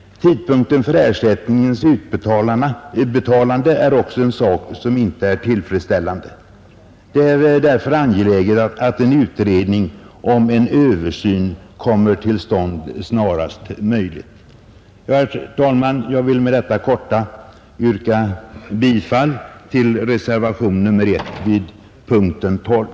Tidpunkten för ersättningens utbetalande är också en sak som inte är tillfredsställande löst. Det är därför angeläget att en utredning om en översyn kommer till stånd snarast möjligt. Herr talman! Jag vill med detta korta anförande yrka bifall till reservationen 1 vid punkten 12.